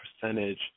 percentage